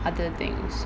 other things